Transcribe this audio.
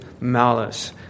malice